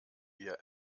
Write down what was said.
wir